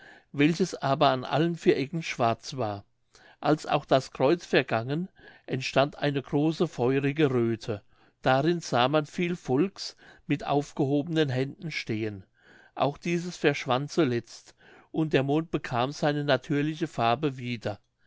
welches aber an allen vier ecken schwarz war als auch das kreuz vergangen entstand eine große feurige röthe darin sah man viel volks mit aufgehobenen händen stehen auch dieses verschwand zuletzt und der mond bekam seine natürliche farbe wieder